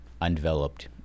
undeveloped